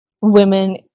women